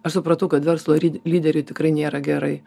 aš supratau kad verslo ryd lyderiai tikrai nėra gerai